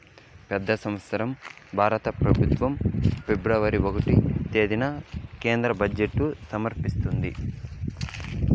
పెతి సంవత్సరం భారత పెబుత్వం ఫిబ్రవరి ఒకటో తేదీన కేంద్ర బడ్జెట్ సమర్పిస్తాది